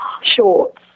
shorts